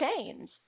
Chains